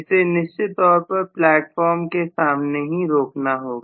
इसे निश्चित तौर पर प्लेटफार्म के सामने ही रोकना होगा